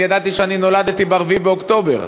ידעתי שנולדתי ב-4 באוקטובר,